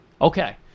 Okay